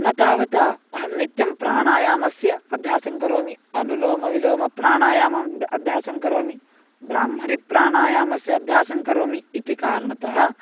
न तावता अहं नित्यं प्राणायामस्य अभ्यासं करोमि अनुलोमविलोमप्राणायामम् अब् अभ्यासं करोमि ब्रह्मरिप्राणायामस्य अभ्यासं करोमि इति कारणतः